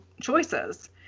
choices